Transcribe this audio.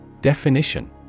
Definition